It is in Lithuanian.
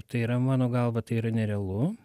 tai yra mano galva tai yra nerealu